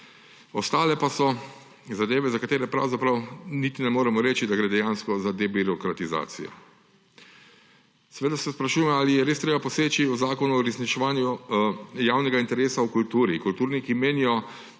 Ostale pa so zadeve, za katere pravzaprav niti ne moremo reči, da gre dejansko za debirokratizacijo. Seveda se sprašujemo, ali je res treba poseči v Zakon o uresničevanju javnega interesa za kulturo. Kulturniki menijo,